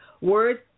words